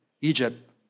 Egypt